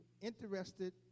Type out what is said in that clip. interested